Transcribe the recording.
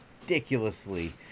ridiculously